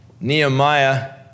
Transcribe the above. Nehemiah